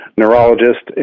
neurologist